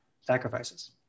sacrifices